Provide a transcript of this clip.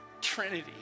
Trinity